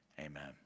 Amen